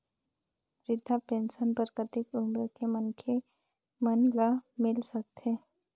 वृद्धा पेंशन बर कतेक उम्र के मनखे मन ल मिल सकथे?